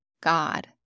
God